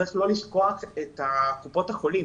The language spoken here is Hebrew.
צריך לא לשכוח גם את קופות החולים.